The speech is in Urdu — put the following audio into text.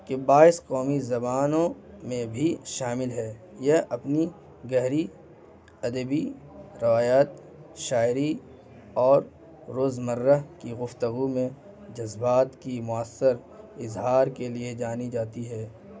کے باعث قومی زبانوں میں بھی شامل ہے یہ اپنی گہری ادبی روایات شاعری اور روز مرہ کی گفتگو میں جذبات کی مؤثر اظہار کے لیے جانی جاتی ہے